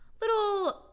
little